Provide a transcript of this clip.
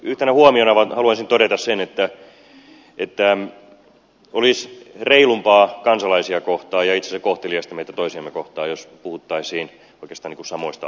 yhtenä huomiona vaan haluaisin todeta sen että olisi reilumpaa kansalaisia kohtaa ja itse asiassa kohteliasta meitä toisiamme kohtaan jos puhuttaisiin oikeastaan niin kuin samoista asioista